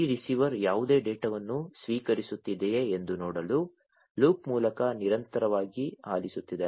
ಈ ರಿಸೀವರ್ ಯಾವುದೇ ಡೇಟಾವನ್ನು ಸ್ವೀಕರಿಸುತ್ತಿದೆಯೇ ಎಂದು ನೋಡಲು ಲೂಪ್ ಮೂಲಕ ನಿರಂತರವಾಗಿ ಆಲಿಸುತ್ತಿದೆ